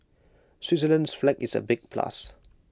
Switzerland's flag is A big plus